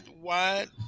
wide